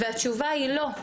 והתשובה היא לא.